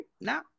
no